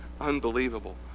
unbelievable